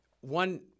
one